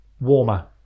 Warmer